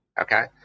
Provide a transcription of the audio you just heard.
Okay